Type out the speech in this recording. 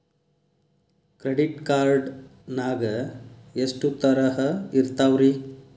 Credit card ನಾಗ ಎಷ್ಟು ತರಹ ಇರ್ತಾವ್ರಿ?